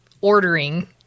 ordering